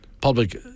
Public